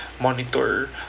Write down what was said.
monitor